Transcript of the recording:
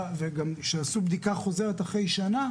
כשעשו בדיקה חוזרת אחרי שנה,